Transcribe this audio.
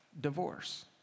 divorce